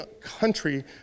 country